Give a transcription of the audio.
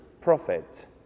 prophet